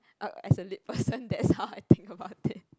oh as a lit person that's how I think about it